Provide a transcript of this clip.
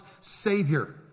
Savior